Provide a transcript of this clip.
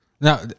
Now